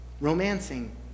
romancing